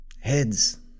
Heads